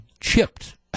chipped